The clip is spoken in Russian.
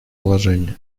положении